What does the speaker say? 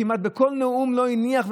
כמעט בכל נאום הוא לא הניח,